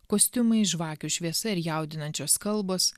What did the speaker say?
kostiumai žvakių šviesa ir jaudinančios kalbos